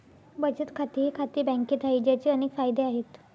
बचत खाते हे खाते बँकेत आहे, ज्याचे अनेक फायदे आहेत